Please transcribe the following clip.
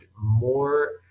more